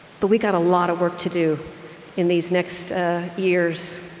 but we got a lot of work to do in these next years,